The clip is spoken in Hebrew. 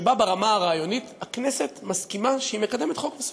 שבה ברמה הרעיונית הכנסת מסכימה שהיא מקדמת חוק מסוים.